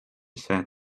sad